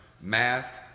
math